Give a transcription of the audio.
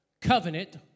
covenant